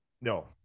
no